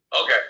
Okay